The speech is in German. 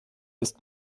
ist